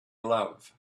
love